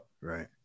right